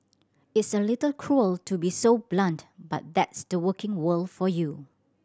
it's a little cruel to be so blunt but that's the working world for you